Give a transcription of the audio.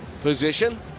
position